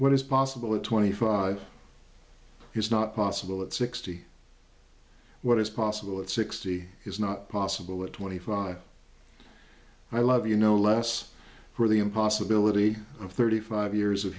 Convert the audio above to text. what is possible at twenty five is not possible at sixty what is possible at sixty is not possible at twenty five i love you no less for the impossibility of thirty five years of